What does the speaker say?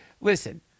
listen